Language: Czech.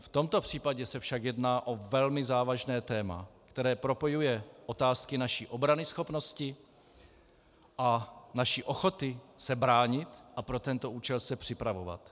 V tomto případě se však jedná o velmi závažné téma, které propojuje otázky naší obranyschopnosti a naší ochoty se bránit a pro tento účel se připravovat.